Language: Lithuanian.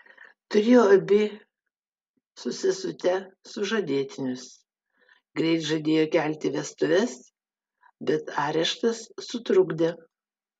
turėjo abi su sesute sužadėtinius greit žadėjo kelti vestuves bet areštas sutrukdė